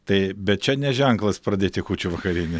tai bet čia ne ženklas pradėti kūčių vakarienę